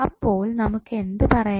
അപ്പോൾ നമുക്ക് എന്തു പറയാം